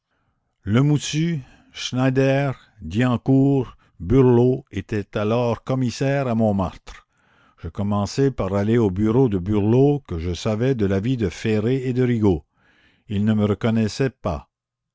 lemoussu schneider diancourt burlot étaient alors commissaires à montmartre je commençai par aller au bureau de burlot que je savais de l'avis de ferré et de rigaud il ne me reconnaissait pas